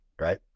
right